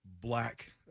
black